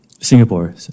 Singapore